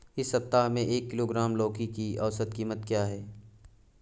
इस सप्ताह में एक किलोग्राम लौकी की औसत कीमत क्या है?